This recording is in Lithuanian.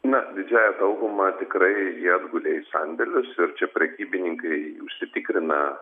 na didžiąja dauguma tikrai jie atgulė į sandėlius ir čia prekybininkai užsitikrina